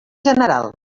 general